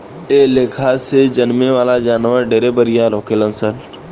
एह लेखा से जन्में वाला जानवर ढेरे बरियार होखेलन सन